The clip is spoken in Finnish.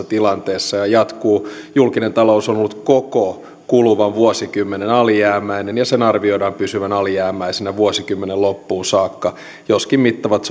tilanteessa ja jatkuu julkinen talous on ollut koko kuluvan vuosikymmenen alijäämäinen ja sen arvioidaan pysyvän alijäämäisenä vuosikymmenen loppuun saakka joskin mittavat